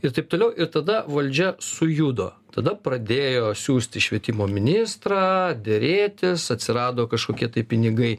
ir taip toliau ir tada valdžia sujudo tada pradėjo siųsti švietimo ministrą derėtis atsirado kažkokie tai pinigai